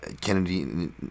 Kennedy